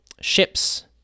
ships